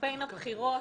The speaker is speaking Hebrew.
קמפיין הבחירות